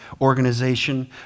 organization